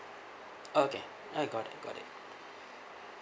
okay uh got it got it